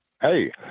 Hey